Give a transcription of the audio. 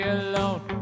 alone